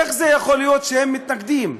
איך זה יכול להיות שהם מתנגדים?